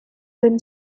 been